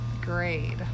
grade